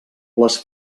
les